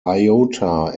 iota